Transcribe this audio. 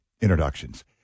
introductions